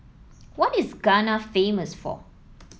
what is Ghana famous for